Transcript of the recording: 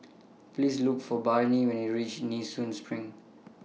Please Look For Barnie when YOU REACH Nee Soon SPRING